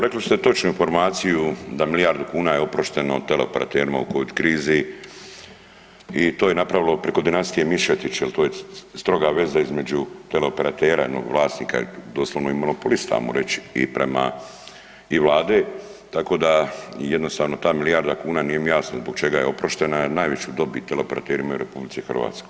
Rekli ste točnu informaciju da milijardu kuna je oprošteno teleoperaterima u Covid krizi i to je napravilo preko dinastije Mišetić jer to je stroga veza između teleoperatera jednog vlasnika doslovno monopolista ajmo reći i prema i Vlade, tako da jednostavno ta milijarda kuna nije mi jasno zbog čega je oproštena jer najveću dobit teleoperateri imaju u RH.